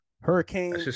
hurricane